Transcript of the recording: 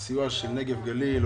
הסיוע של נגב וגליל,